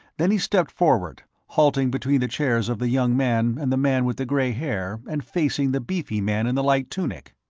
then he stepped forward, halting between the chairs of the young man and the man with the gray hair and facing the beefy man in the light tunic.